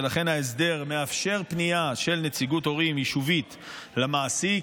ולכן ההסדר מאפשר פנייה של נציגות הורים יישובית למעסיק,